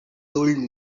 told